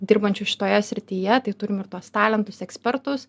dirbančių šitoje srityje tai turim ir tuos talentus ekspertus